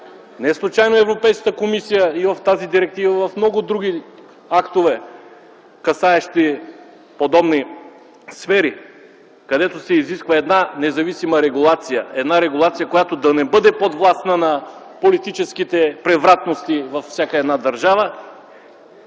Неслучайно Европейската комисия и в тази директива, и в много други актове, касаещи подобни сфери, където се изисква една независима регулация, една регулация, която да не бъде подвластна на политическите превратности във всяка една държава,